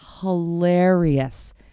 hilarious